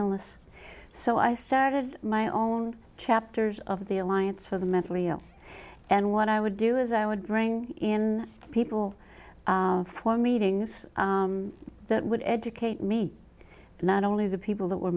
illness so i started my own chapters of the alliance for the mentally ill and what i would do is i would bring in people for meetings that would educate me not only the people that were